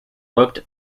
looked